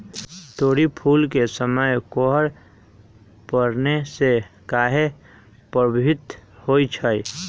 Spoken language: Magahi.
तोरी फुल के समय कोहर पड़ने से काहे पभवित होई छई?